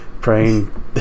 praying